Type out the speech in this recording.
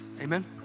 Amen